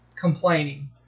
complaining